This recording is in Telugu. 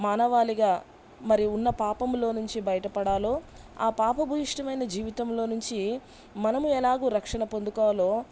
మానవాళిగా మరియు ఉన్న పాపంలో నుంచి బయటపడాలో ఆ పాపభుహిష్టమైన జీవితంలో నుంచీ మనము ఎలాగో రక్షణ పొందుకోవాలో